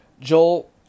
Joel